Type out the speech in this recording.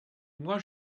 moi